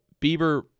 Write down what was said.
Bieber